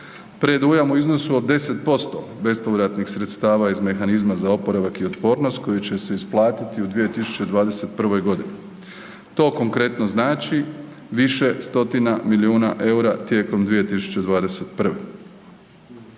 predujam u iznosu od 10% bespovratnih sredstava iz mehanizma za oporavak i otpornost koji će se isplatiti u 2021.g., to konkretno znači više stotina milijuna EUR-a tijekom 2021.